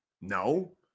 No